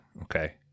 okay